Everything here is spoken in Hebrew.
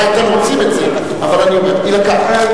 אולי אתם רוצים את זה אבל אני אומר, יילקח.